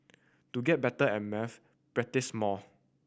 to get better at maths practise more